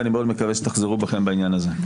ואני מאוד מקווה שתחזרו בכם בעניין הזה.